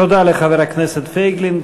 תודה לחבר הכנסת פייגלין.